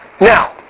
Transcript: Now